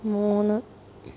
മൂന്ന്